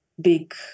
big